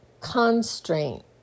constraint